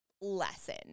lesson